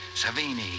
Savini